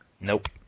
Nope